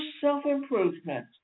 self-improvement